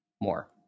more